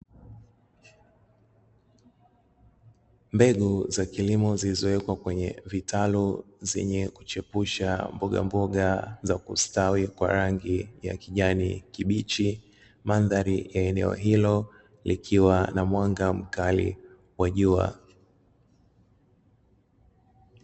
Mbegu za kilimo zilizowekwa kwenye vitalu, zenye kuchepusha mbogamboga za kusitawi kwa rangi ya kijani kibichi. Mandhari ya eneo hilo yakiwa na mwanga mkali wa jua.